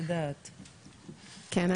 כן,